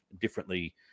differently